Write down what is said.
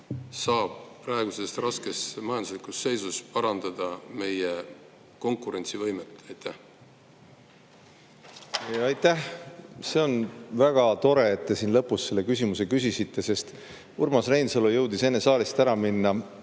praeguses raskes majandusseisus parandada meie konkurentsivõimet? Aitäh! See on väga tore, et te siin lõpus selle küsimuse küsisite. Urmas Reinsalu jõudis juba saalist ära minna